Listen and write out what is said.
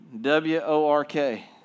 W-O-R-K